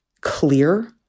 clear